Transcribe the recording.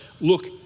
look